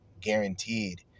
guaranteed